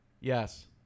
Yes